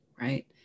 Right